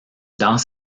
dans